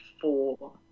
four